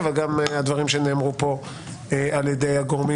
אבל גם הדברים שנאמרו פה על ידי הגורמים